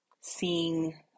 seeing